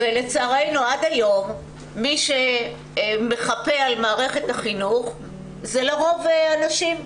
ולצערנו עד היום מי שמחפה על מערכת החינוך זה לרוב הנשים.